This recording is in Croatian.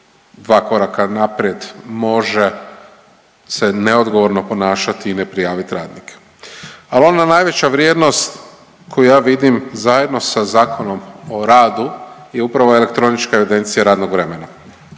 2 koraka naprijed može se neodgovorno ponašati i ne prijaviti radnike. Ali ona najveća vrijednost koju ja vidim zajedno sa ZOR-u je upravo elektronička evidencija radnog vremena.